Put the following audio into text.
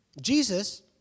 Jesus